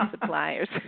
suppliers